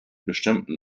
bestimmten